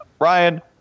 Ryan